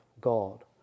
God